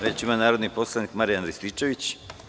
Reč ima narodni poslanik Marijan Rističević.